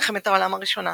מלחמת העולם הראשונה,